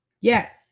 Yes